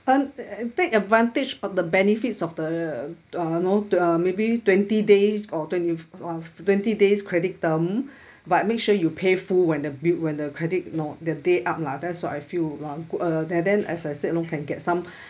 and take advantage of the benefits of the uh know twen~ uh maybe twenty days or twenty f~ uh twenty days credit term but make sure you pay full when the bill when the credit know the day up lah that's what I feel lah uh then as I said you know can get some